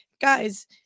guys